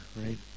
right